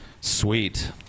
Sweet